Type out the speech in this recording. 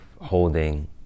holding